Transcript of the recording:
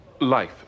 Life